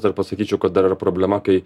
dar pasakyčiau kad dar yra problema kai